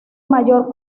mayor